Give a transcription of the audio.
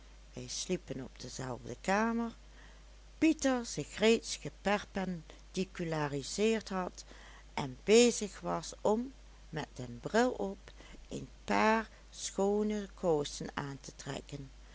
sliepen op dezelfde kamer pieter zich reeds geperpendiculariseerd had en bezig was om met den bril op een paar schoone kousen aan te trekken